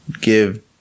give